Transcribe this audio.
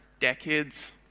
decades